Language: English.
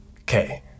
Okay